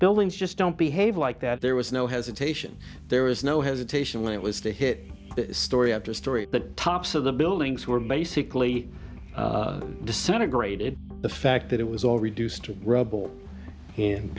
buildings just don't behave like that there was no hesitation there was no hesitation when it was to hit story after story that tops of the buildings were basically disintegrated the fact that it was all reduced to rubble